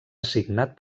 assignat